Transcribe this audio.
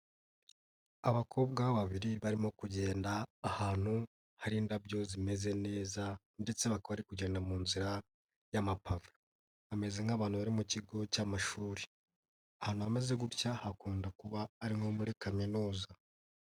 Abakobwa babiri barimo kugenda ahantu hari indabyo zimeze neza ndetse bakaba bari kugenda mu nzira y'amapave, bameze nk'abantu bari mu kigo cy'amashuri, ahantu hameze gutya, hakunda kuba ari nko muri kaminuza.